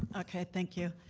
okay thank you.